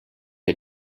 are